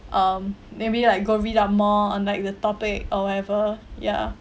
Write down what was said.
um maybe like go read up more on like the topic or whatever ya